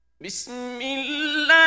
Bismillah